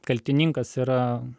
kaltininkas yra